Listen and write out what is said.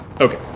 Okay